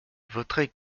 voterai